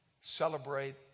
celebrate